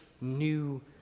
new